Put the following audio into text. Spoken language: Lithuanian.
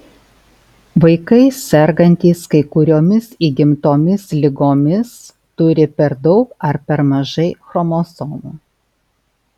vaikai sergantys kai kuriomis įgimtomis ligomis turi per daug ar per mažai chromosomų